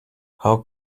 how